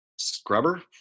scrubber